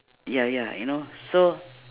ya ya you know so